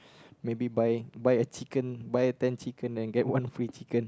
maybe buy buy a chicken buy ten chicken and get one free chicken